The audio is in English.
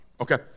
okay